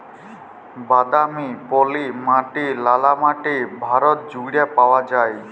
বাদামি, পলি মাটি, ললা মাটি ভারত জুইড়ে পাউয়া যায়